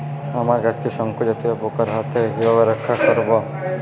আমার গাছকে শঙ্কু জাতীয় পোকার হাত থেকে কিভাবে রক্ষা করব?